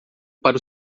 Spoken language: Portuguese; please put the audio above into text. para